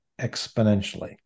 exponentially